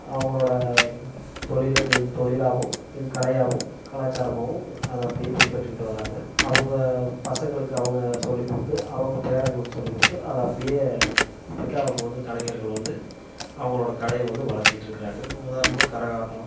அவங்களோட தொழிலை இதை தொழிலாகவும் இது கலையாகவும் கலாச்சாரமாகவும் அதை அப்படியே பின்பற்றிட்டு வர்றாங்க அவங்க பசங்களுக்கு அவங்க சொல்லிக் கொடுத்து அவங்க பேரன்களுக்கு சொல்லிக் கொடுத்து அதை அப்படியே இப்படிதான் அவங்க கலைஞர்கள் வந்து அவங்களோட கலையை வந்து வளர்த்திட்டு இருக்கிறாங்க உதாரணமாக கரகாட்டம்